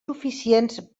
suficients